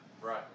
right